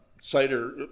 cider